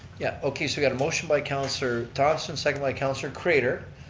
yeah, okay, so we got a motion by councilor thomsen, seconded by councilor craiter.